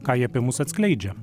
ką jie apie mus atskleidžia